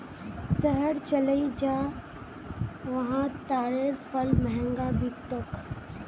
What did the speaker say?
शहर चलइ जा वहा तारेर फल महंगा बिक तोक